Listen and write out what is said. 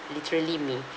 literally me